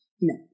No